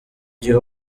gihe